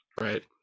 Right